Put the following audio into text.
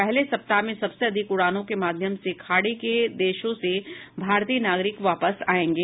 पहले सप्ताह में सबसे अधिक उड़ानों के माध्यम से खाड़ीके देशों से भारतीय नागरिक वापस आएंगे